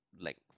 length